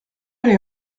les